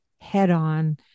head-on